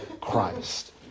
Christ